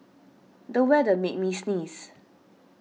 the weather made me sneeze